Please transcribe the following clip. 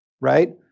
right